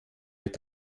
mit